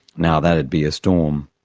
now that'd be a storm.